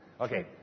Okay